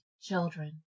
children